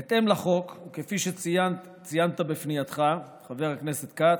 בהתאם לחוק, וכפי שציינת בפנייתך, חבר הכנסת כץ,